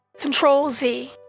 Control-Z